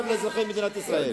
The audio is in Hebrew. ייטב לאזרחי מדינת ישראל.